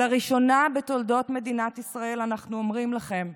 לראשונה בתולדות מדינת ישראל אנחנו אומרים לכם: